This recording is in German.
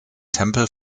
tempel